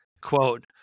quote